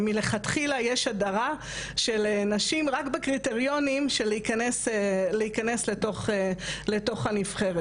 שמלכתחילה יש הדרה של נשים רק בקריטריונים של להיכנס לתוך הנבחרת.